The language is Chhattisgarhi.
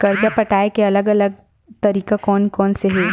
कर्जा पटाये के अलग अलग तरीका कोन कोन से हे?